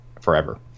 forever